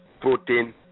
protein